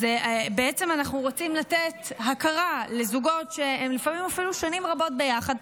אז בעצם אנחנו רוצים לתת הכרה לזוגות שהם לפעמים אפילו שנים רבות ביחד,